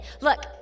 Look